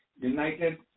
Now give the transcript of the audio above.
United